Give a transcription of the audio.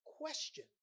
question